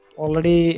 already